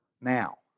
Now